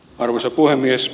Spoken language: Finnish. arvoisa puhemies